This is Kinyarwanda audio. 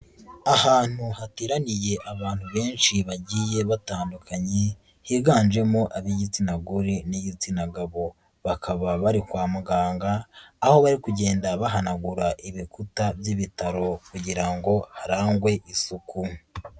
Ahantu hateraniye abantu benshi bagiye batandukanye higanjemo ab'igitsina gore n'igitsina gabo, bakaba bari kwa muganga aho bari kugenda bahanagura ibikuta by'ibitaro kugira ngo harangwe isuku.